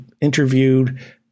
interviewed